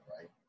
right